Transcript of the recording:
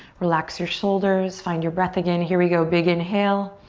relax your shoulders. find your breath again. here we go, big inhale.